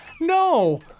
No